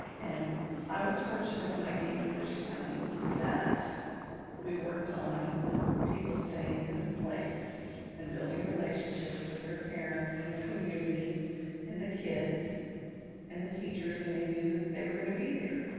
and i was fortunate when i came to volusia county that we worked on people staying in ah place and building relationships with their parents and the community and the kids and the teachers and they knew that they were gonna be there.